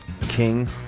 King